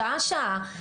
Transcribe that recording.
שעה-שעה.